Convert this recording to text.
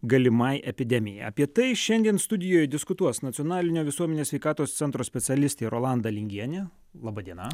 galimai epidemijai apie tai šiandien studijoj diskutuos nacionalinio visuomenės sveikatos centro specialistė rolanda lingienė laba diena